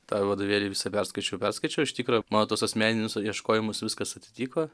tą vadovėlį visą perskaičiau perskaičiau iš tikro mano tuos asmeninius ieškojimus viskas atitiko